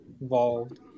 involved